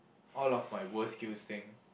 all of my worse skills thing